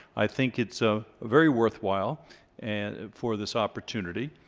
i think it's ah very worthwhile and for this opportunity,